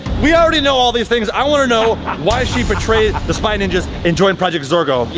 we already know all these things, i wanna know why she betrayed the spy ninjas and joined project zorgo?